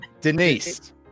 Denise